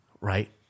Right